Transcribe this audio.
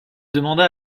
demanda